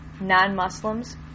non-Muslims